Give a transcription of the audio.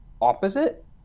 opposite